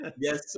yes